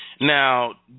Now